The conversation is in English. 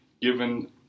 given